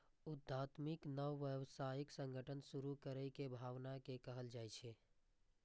उद्यमिता नव व्यावसायिक संगठन शुरू करै के भावना कें कहल जाइ छै